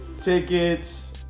tickets